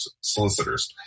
solicitors